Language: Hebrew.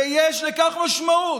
ויש לכך משמעות.